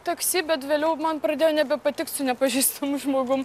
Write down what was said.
taksi bet vėliau man pradėjo nebepatikt su nepažįstamu žmogum